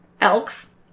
Elks